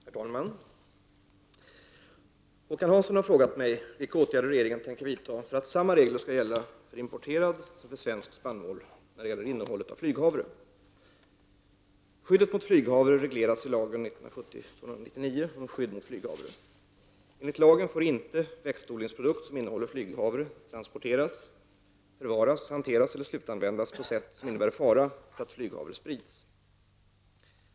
Herr talman! Håkan Hansson har frågat mig vilka åtgärder regeringen tänker vidta för att samma regler skall gälla för importerad som för svensk spannmål vad gäller innehållet av flyghavre. Skyddet mot flyghavre regleras i lagen om skydd mot flyghavre. Enligt lagen får inte växtodlingsprodukt som innehåller flyghavre transporteras, förvaras, hanteras eller slutanvändas på sätt som innebär fara för att flyghavre sprids.